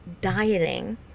dieting